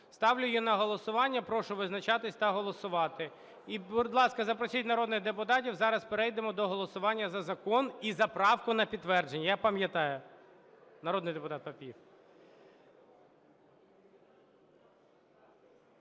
Ставлю її на голосування. Прошу визначатись та голосувати. І, будь ласка, запросіть народних депутатів, зараз перейдемо до голосування за закон і за правку на підтвердження. Я пам'ятаю, народний депутат Папієв.